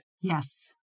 Yes